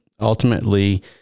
Ultimately